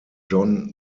john